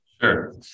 sure